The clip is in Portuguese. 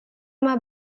uma